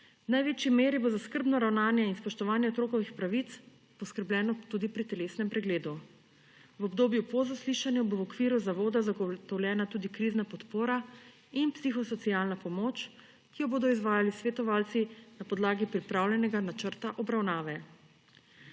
največji meri bo za skrbno ravnanje in spoštovanje otrokovih pravic poskrbljeno tudi pri telesnem pregledu. V obdobju po zaslišanju bo v okviru zavoda zagotovljena tudi krizna podpora in psihosocialna pomoč, ki jo bodo izvajali svetovalci na podlagi pripravljenega načrta obravnave.